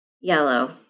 yellow